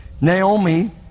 Naomi